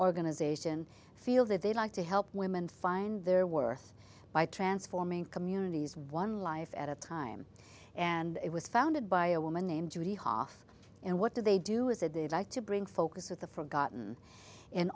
organization feel that they like to help women find their worth by transforming communities one life at a time and it was founded by a woman named judy hof and what do they do is it is like to bring focus with the forgotten and